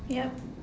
yup